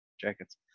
jackets